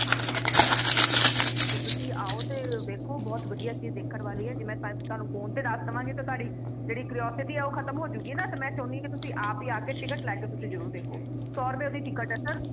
ਹਾਂ ਹਾਂ ਤੇ ਤੁਸੀਂ ਆਓ ਤੇ ਵੇਖੋ ਬਹੁਤ ਵਧੀਆ ਚੀਜ਼ ਦੇਖਣ ਵਾਲੀ ਹੈ ਜਿਵੇਂ ਥੋਨੂੰ ਫੋਨ ਤੇ ਦੱਸ ਦਵਾਂਗੇ ਤਾਂ ਤੁਹਾਡੀ ਜਿਹੜੀ ਕਰਿਓਸਿਟੀ ਆ ਉਹ ਖਤਮ ਹੋ ਜੂਗੀ ਨਾ ਤਾਂ ਮੈਂ ਚਾਹੁੰਦੀ ਕਿ ਤੁਸੀਂ ਆਪ ਹੀ ਆ ਕੇ ਟਿਕਟ ਲੈ ਕੇ ਤੁਸੀਂ ਜਰੂਰ ਦੇਖੋ ਸੋ ਰੁਪਏ ਦੀ ਟਿਕਟ ਆ ਸਰ